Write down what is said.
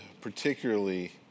particularly